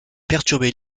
perturber